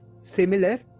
similar